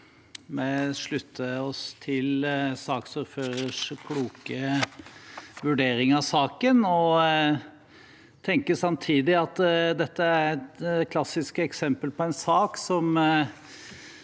Vi slutter oss til saksordførerens kloke vurdering av saken og tenker samtidig at dette er et klassisk eksempel på – jeg vet